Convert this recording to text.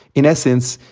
in essence,